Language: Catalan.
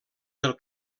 del